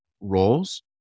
roles